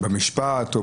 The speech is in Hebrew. במשפט.